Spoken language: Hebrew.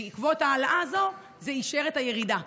בעקבות ההעלאה הזו, זה אישר את הירידה.